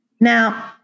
Now